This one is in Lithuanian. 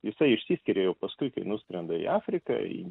jisai išsiskiria jau paskui kai nuskrenda į afriką